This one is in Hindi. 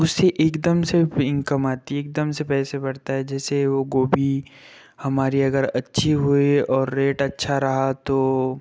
उससे एकदम से इनकम आती है एकदम से पैसा बढ़ता है जैसे वो गोभी हमारी अगर अच्छी हुई और रेट अच्छा रहा तो